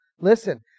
Listen